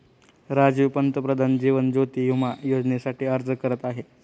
राजीव पंतप्रधान जीवन ज्योती विमा योजनेसाठी अर्ज करत आहे